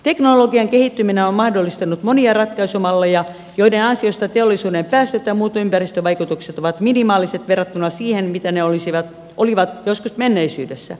teknologian kehittyminen on mahdollistanut monia ratkaisumalleja joiden ansiosta teollisuuden päästöt ja muut ympäristövaikutukset ovat minimaaliset verrattuna siihen mitä ne olivat joskus menneisyydessä